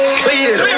clear